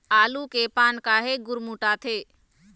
आलू के पान काहे गुरमुटाथे?